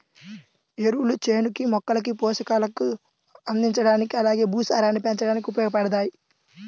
ఎరువులు చేనుకి, మొక్కలకి పోషకాలు అందించడానికి అలానే భూసారాన్ని పెంచడానికి ఉపయోగబడతాయి